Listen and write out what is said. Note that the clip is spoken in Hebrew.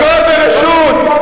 הכול ברשות.